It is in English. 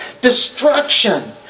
Destruction